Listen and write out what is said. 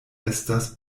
estas